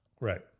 Right